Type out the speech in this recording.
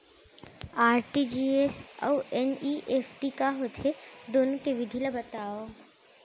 RTGS अऊ NEFT का होथे, दुनो के विधि ला बतावव